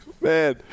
Man